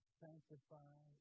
sanctify